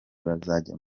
bazajya